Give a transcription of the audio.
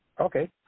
Okay